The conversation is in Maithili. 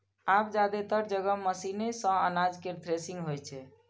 आब जादेतर जगह मशीने सं अनाज केर थ्रेसिंग होइ छै